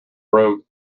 room